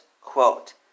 quote